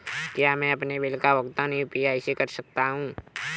क्या मैं अपने बिल का भुगतान यू.पी.आई से कर सकता हूँ?